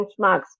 benchmarks